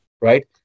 Right